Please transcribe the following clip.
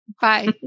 Bye